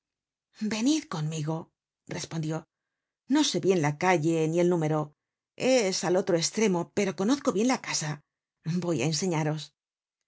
venid conmigo respondió no sé bien la calle ni el número es al otro estremo pero conozco bien la casa voy á enseñaros